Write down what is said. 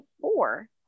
four